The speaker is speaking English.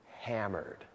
hammered